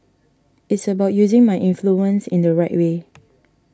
it's about using my influence in the right way